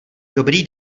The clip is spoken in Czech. dobrý